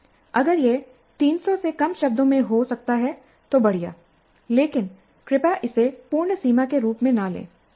अगर यह ३०० से कम शब्दों में हो सकता है तो बढ़िया लेकिन कृपया इसे पूर्ण सीमा के रूप में न लें